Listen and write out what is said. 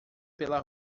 pela